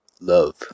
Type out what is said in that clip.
love